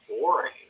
boring